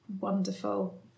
wonderful